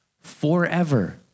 forever